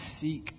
seek